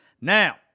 Now